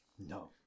No